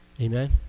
Amen